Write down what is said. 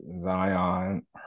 Zion